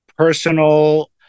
personal